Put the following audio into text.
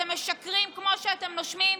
אתם משקרים כמו שאתם נושמים.